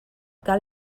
cal